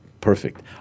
perfect